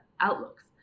outlooks